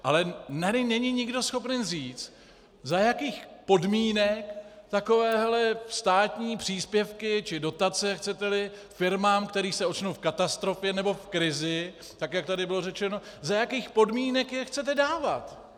Ale tady není nikdo schopen říct, za jakých podmínek takovéhle státní příspěvky, či dotace, chceteli, firmám, které se ocitnou v katastrofě nebo krizi, jak tady bylo řečeno, za jakých podmínek je chcete dávat.